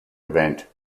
event